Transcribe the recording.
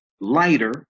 lighter